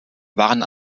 waren